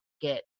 get